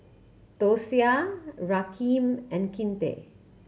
Dosia Rakeem and Kinte